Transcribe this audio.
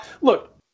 Look